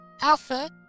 Alpha